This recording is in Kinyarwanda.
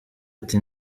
ati